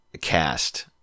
cast